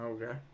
Okay